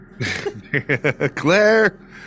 Claire